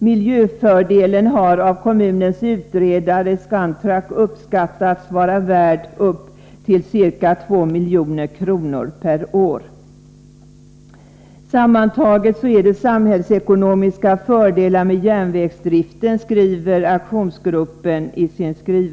Miljöfördelen har av kommunens utredare Scantrak uppskattats vara värd ca 2 milj.kr. per år. Sammantaget, skriver aktionsgruppen, är det samhällsekonomiska fördelar med järnvägsdriften.